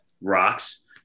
rocks